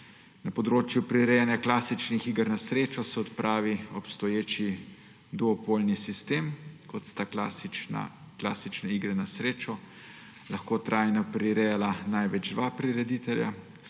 Na področju prirejanja klasičnih iger na srečo se odpravi obstoječi duopolni sistem, ko sta klasične igre na srečo lahko trajno prirejala največ dva prireditelja,